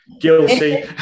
Guilty